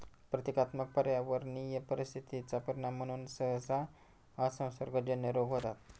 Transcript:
प्रतीकात्मक पर्यावरणीय परिस्थिती चा परिणाम म्हणून सहसा असंसर्गजन्य रोग होतात